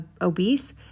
obese